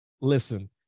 listen